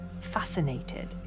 fascinated